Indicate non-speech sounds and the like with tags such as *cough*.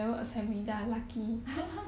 *laughs*